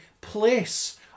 place